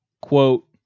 quote